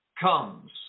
comes